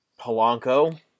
Polanco